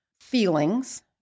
feelings